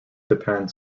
depend